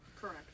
Correct